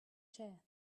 chair